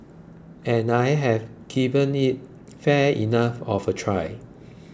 and I have given it fair enough of a try